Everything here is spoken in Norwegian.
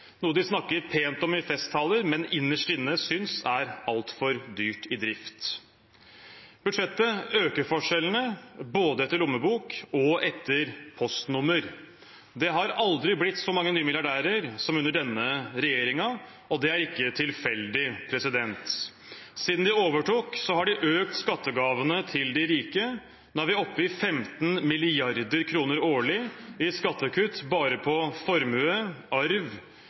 snakker pent om i festtaler, men innerst inne synes er altfor dyrt i drift. Budsjettet øker forskjellene, både etter lommebok og etter postnummer. Det har aldri blitt så mange nye milliardærer som under denne regjeringen, og det er ikke tilfeldig. Siden regjeringen overtok, har de økt skattegavene til de rike. Nå er vi oppe i 15 mrd. kr årlig i skattekutt bare på formue, arv